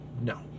No